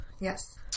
Yes